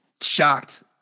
shocked